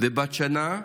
בת שנה,